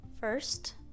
first